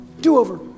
do-over